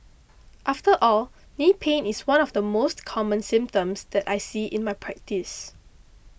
after all knee pain is one of the most common symptoms that I see in my practice